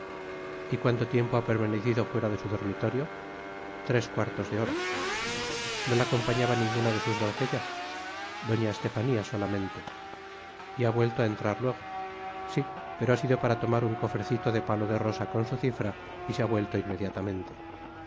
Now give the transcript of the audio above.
y cuanto tiempo ha permanecido fuera de su dormitorio tres cuartos de hora no la acompañaba ninguna de sus doncellas doña estefania solamente y ha vuelto á entrar luego si pero ha sido para tomar un cofrecito de palo de rosa con su cifra y se ha vuelto inmediatamente